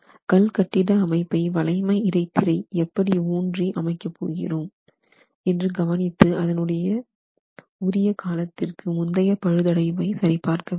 கல் கட்டிட அமைப்பை வளைமை இடைத்திரைக்கு எப்படி ஊன்றி அமைக்க போகிறோம் என்று கவனித்து அதன் உடைய உரிய காலத்துக்கு முந்தைய பழுதடைவை சரி பார்க்க வேண்டும்